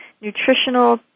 nutritional